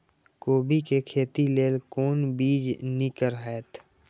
कोबी के खेती लेल कोन बीज निक रहैत?